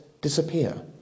disappear